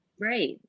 Right